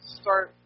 start